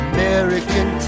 American